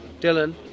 Dylan